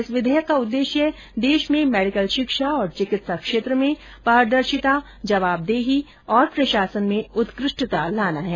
इस विधेयक का उद्देश्य देश में मेडिकल शिक्षा और चिकित्सा क्षेत्र में पारदर्शिता जवाबदेही और प्रशासन में उत्कृष्टता लाना है